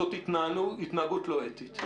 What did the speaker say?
זאת התנהגות לא אתית.